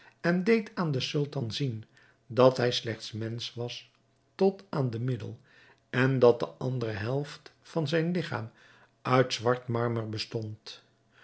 en deed aan den sultan zien dat hij slechts mensch was tot aan de middel en dat de andere helft van zijn ligchaam uit zwart marmer bestond